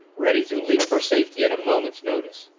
ready to leap for safety at a moment's notice.